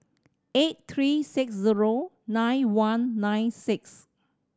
eight three six zero nine one nine six